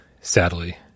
sadly